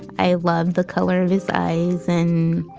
i loved the color of his eyes and